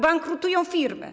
Bankrutują firmy.